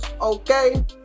okay